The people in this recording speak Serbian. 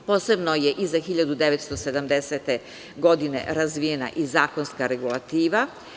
Posebno je iza 1970. godine razvijena i zakonska regulativa.